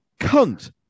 cunt